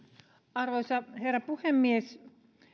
arvoisa herra puhemies